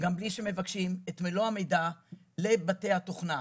גם בלי שמבקשים, את מלוא המידע לבתי התוכנה.